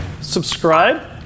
subscribe